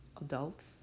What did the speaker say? adults